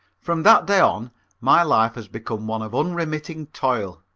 from that day on my life has become one of unremitting toil.